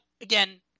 again